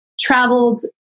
traveled